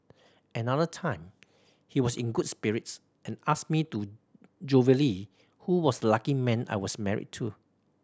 another time he was in good spirits and asked me to jovially who was lucky man I was married to